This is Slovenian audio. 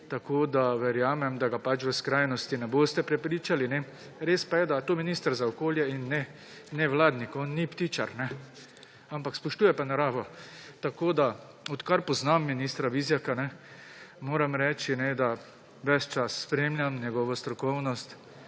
Tako verjamem, da ga v skrajnosti ne boste prepričali. Res pa je, da je to minister za okolje in ne nevladnik, on ni ptičar, ampak spoštuje pa naravo. Odkar poznam ministra Vizjaka, moram reči, da ves čas spremljam njegovo strokovnost,